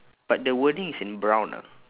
but the wording is in brown ah